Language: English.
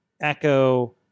Echo